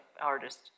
artist